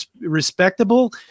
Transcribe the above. respectable